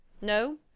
No